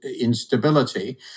instability